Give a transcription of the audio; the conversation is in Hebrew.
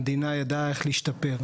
המדינה ידעה איך להשתפר.